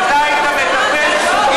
אם אתה היית מטפל זוגי,